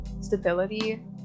stability